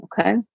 Okay